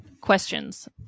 questions